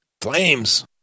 Flames